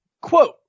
quote